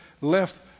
left